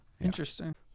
interesting